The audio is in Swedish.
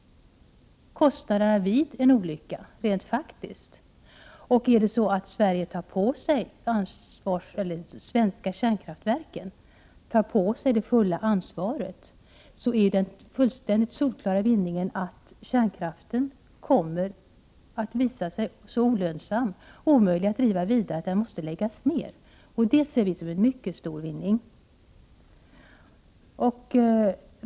Kostnaderna vid en olycka kan ju faktiskt täckas. Om de svenska kärnkraftverken tar fullt ansvar i detta sammanhang, är det fullständigt solklart att det är en vinning i och med att kärnkraften blir så olönsam och omöjlig att fortsätta med att man måste upphöra med användningen av denna. Det ser vi alltså som en mycket stor vinning.